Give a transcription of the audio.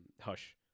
Hush